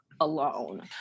alone